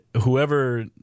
whoever